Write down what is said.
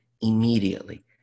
immediately